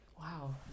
Wow